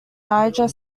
niger